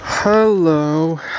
Hello